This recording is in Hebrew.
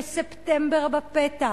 וספטמבר בפתח,